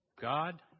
God